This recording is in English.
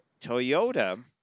Toyota